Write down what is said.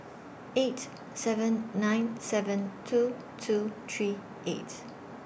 eight seven nine seven two two three eight